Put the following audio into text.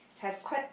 has quite